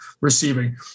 receiving